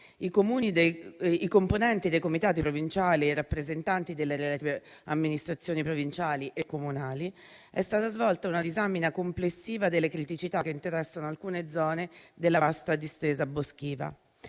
i componenti dei Comitati provinciali e i rappresentanti delle relative amministrazioni provinciali e comunali, è stata svolta una disamina complessiva delle criticità che interessano alcune zone della vasta distesa boschiva.